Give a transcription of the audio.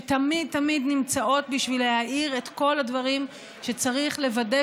שתמיד תמיד נמצאות בשביל להאיר את כל הדברים שצריך לוודא